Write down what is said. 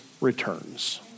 returns